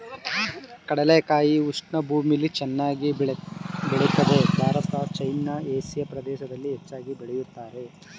ಕಡಲೆಕಾಯಿ ಉಷ್ಣ ಭೂಮಿಲಿ ಚೆನ್ನಾಗ್ ಬೆಳಿತದೆ ಭಾರತ ಚೈನಾ ಏಷಿಯಾ ಪ್ರದೇಶ್ದಲ್ಲಿ ಹೆಚ್ಚಾಗ್ ಬೆಳಿತಾರೆ